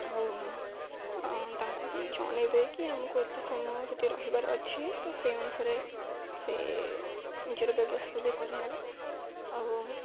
ଆଉ ତାଙ୍କୁ ବି ଜଣାଇବେ କି ଆମକୁ ଏତେ ସମୟ ସେଠି ରହିବାର ଅଛି ତ ସେଇ ଅନୁସାରେ ସେ ନିଜର ବ୍ୟବସ୍ଥା ବି କରି ନେବେ ଆଉ